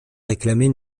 réclamer